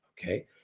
okay